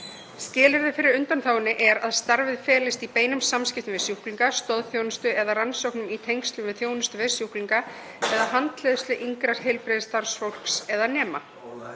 Skilyrði fyrir undanþágunni er að starfið felist í beinum samskiptum við sjúklinga, stoðþjónustu eða rannsóknum í tengslum við þjónustu við sjúklinga, eða handleiðslu yngra heilbrigðisstarfsfólks eða nema.